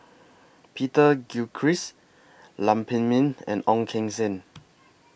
Peter Gilchrist Lam Pin Min and Ong Keng Sen